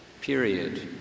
period